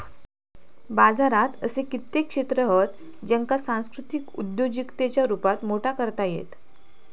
बाजारात असे कित्येक क्षेत्र हत ज्येंका सांस्कृतिक उद्योजिकतेच्या रुपात मोठा करता येईत